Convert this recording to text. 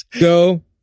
Go